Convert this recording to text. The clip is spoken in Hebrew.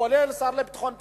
כולל השר לביטחון פנים.